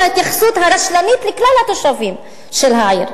וההתייחסות הרשלנית לכלל התושבים של העיר.